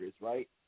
Right